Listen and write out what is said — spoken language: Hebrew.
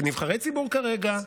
כנבחרי ציבור כרגע,